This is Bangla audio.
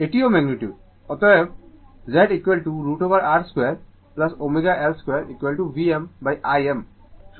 অতএব Z √ R 2 ω L 2 Vm Im